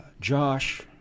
Josh